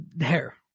hair